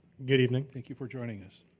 good evening, thank you for joining us.